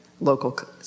local